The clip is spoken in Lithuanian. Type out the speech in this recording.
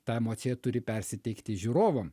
ta emocija turi persiteikti žiūrovam